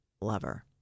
lover